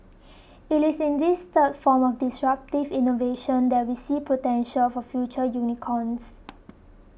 it is in this third form of disruptive innovation that we see potential for future unicorns